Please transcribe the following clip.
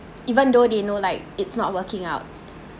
even though they know like it's not working out